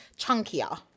chunkier